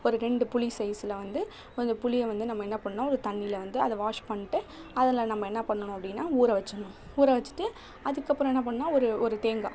ஒரு ரெண்டு புளி சைஸில் வந்து கொஞ்சம் புளியை வந்து நம்ம என்ன பண்ணுன்னா ஒரு தண்ணியில வந்து அதை வாஷ் பண்ணிட்டு அதில் நம்ம என்ன பண்ணணும் அப்படின்னா ஊற வச்சிட்ணும் ஊற வச்சிவிட்டு அதுக்கப்புறம் என்ன பண்ணுன்னா ஒரு ஒரு தேங்காய்